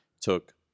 took